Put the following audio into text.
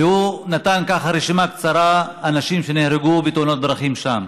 והוא נתן ככה רשימה קצרה של אנשים שנהרגו בתאונות דרכים שם.